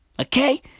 Okay